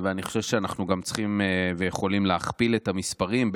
אני חושב שאנחנו גם צריכים ויכולים להכפיל את המספרים,